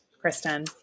Kristen